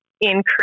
increase